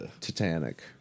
Titanic